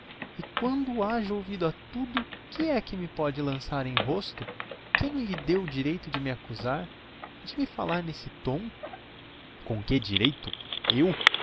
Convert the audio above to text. e quando haja ouvido a tudo que é que me poderá lançar em rosto quem lhe deu o direito de me accusar de me falar n'esse tom com que direito eu